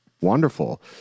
wonderful